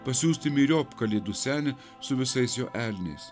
pasiųsti myriop kalėdų senį su visais jo elniais